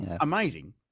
Amazing